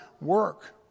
work